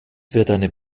wird